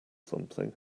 something